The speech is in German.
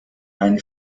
ein